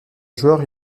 joueur